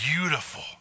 beautiful